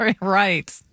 Right